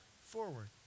forward